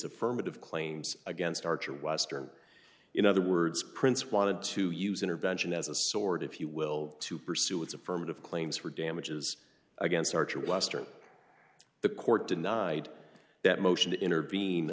affirmative claims against archer western in other words prince wanted to use intervention as a sword if you will to pursue its affirmative claims for damages against archer blaster the court denied that motion to intervene